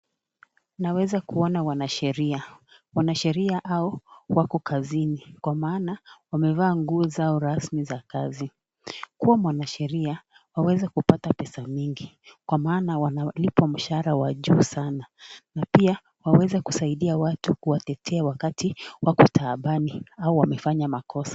Naweza kuona wanasheria wansheria hao wako kazini kwa maana wamevaa nguo zao rasmi za kazi. Kuwa mwanasheria waweza kupata pesa mingi kwa maana wanalipwa mshahara wa juu sana na pia waweza kusaidia watu kuwatetea wakati wako taabani ama wamefanya makosa.